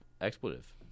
Expletive